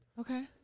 Okay